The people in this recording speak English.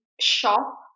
shop